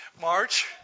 March